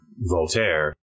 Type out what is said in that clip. Voltaire